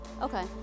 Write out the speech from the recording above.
Okay